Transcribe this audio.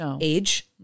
age